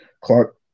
Clark